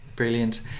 Brilliant